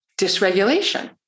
dysregulation